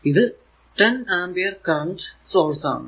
ഇത് 10 ampere current സോയൂസ് ആണ്